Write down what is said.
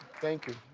thank you,